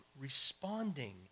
responding